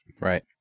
Right